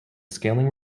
scaling